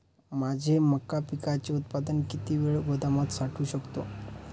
माझे मका पिकाचे उत्पादन किती वेळ गोदामात साठवू शकतो?